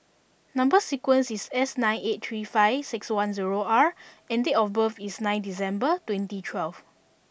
number sequence is S nine eight three five six one zero R and date of birth is nine December twenty twelve